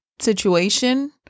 Situation